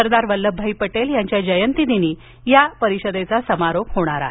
सरदार वल्लभभाई पटेल यांच्या जयंती दिनी याचा समारोप होणार आहे